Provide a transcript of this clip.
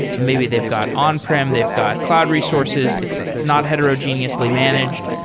maybe they've got on-prem, they've got cloud resources. it's it's not heterogeneously managed,